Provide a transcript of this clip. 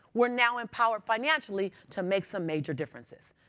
we're now in power financially to make some major differences.